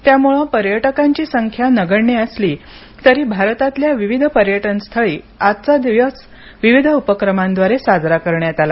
त्यामुळे पर्यटकांची संख्या नगण्य असली तरी भारतातल्या विविध पर्यटनस्थळी आजचा पर्यटन दिवस विविध उपक्रमांद्वारे साजरा करण्यात आला